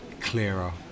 clearer